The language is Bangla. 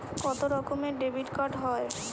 কত রকমের ডেবিটকার্ড হয়?